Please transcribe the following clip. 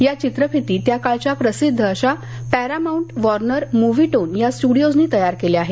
या चित्रफिती त्याकाळच्या प्रसिद्ध पॅरामाऊंट वॉर्नर मुवीटोन या स्ट्रडिओजनी तयार केल्या आहेत